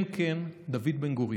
כן, כן, דוד בן-גוריון.